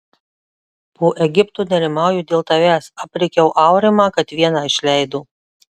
po egipto nerimauju dėl tavęs aprėkiau aurimą kad vieną išleido